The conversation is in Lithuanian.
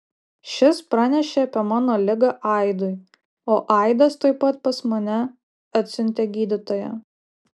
šis pranešė apie mano ligą aidui o aidas tuoj pat pas mane atsiuntė gydytoją